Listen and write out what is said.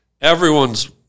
everyone's